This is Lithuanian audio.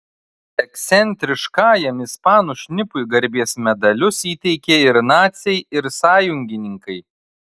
ekscentriškajam ispanų šnipui garbės medalius įteikė ir naciai ir sąjungininkai